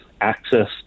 access